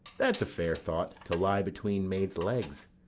that's a fair thought to lie between maids' legs.